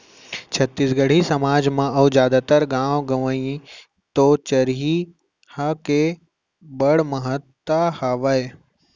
छत्तीसगढ़ी समाज म अउ जादातर गॉंव गँवई तो चरिहा के बड़ महत्ता हावय